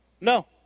No